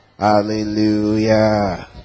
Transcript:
Hallelujah